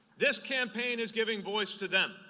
this campaign is giving voice to them,